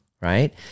right